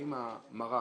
האם המרק,